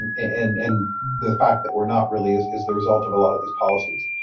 and and the fact that we're not really is is the result of a lot of these policies.